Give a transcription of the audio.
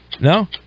No